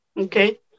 Okay